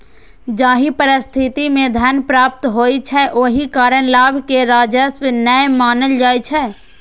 जाहि परिस्थिति मे धन प्राप्त होइ छै, ओहि कारण लाभ कें राजस्व नै मानल जाइ छै